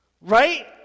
right